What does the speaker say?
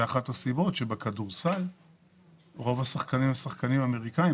זה אחת הסיבות שבכדורסל רוב השחקנים הם שחקנים אמריקאים,